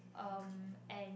um and